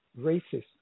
racist